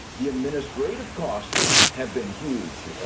the administrative costs have been huge.